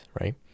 right